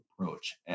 Approach